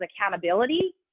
accountability